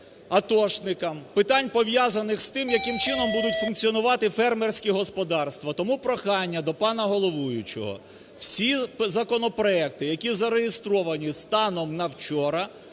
питань, пов'язаних з тим, яким чином будуть функціонувати фермерські господарства. Тому прохання до пана головуючого: всі законопроекти, які зареєстровані станом на вчора,